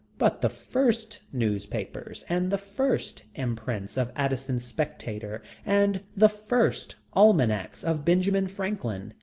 but the first newspapers, and the first imprints of addison's spectator, and the first almanacs of benjamin franklin,